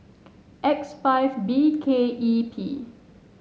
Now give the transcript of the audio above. X five B K E P